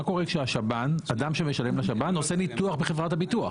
מה קורה כשאדם שמשלם לשב"ן עושה ניתוח בחברת הביטוח?